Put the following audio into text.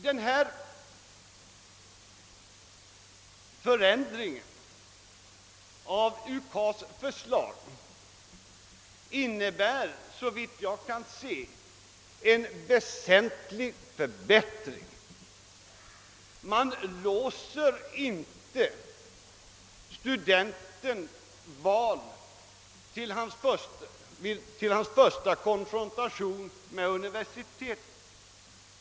Denna ändring av UKAS innebär såvitt jag kan se en väsentlig förbättring, eftersom man då inte låser studentens val vid hans första konfrontation med universitetet.